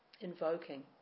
invoking